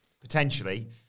Potentially